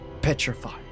petrified